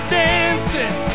dancing